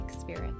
spirit